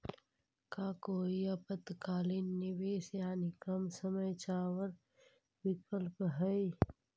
का कोई अल्पकालिक निवेश यानी कम समय चावल विकल्प हई?